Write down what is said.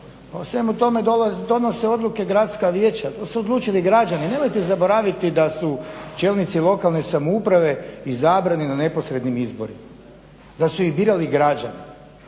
svemu tome donose odluke gradska vijeća, to su odlučili građani. Nemojte zaboraviti da su čelnici lokalne samouprave izabrani na neposrednim izborima, da su ih birali građani.